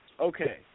okay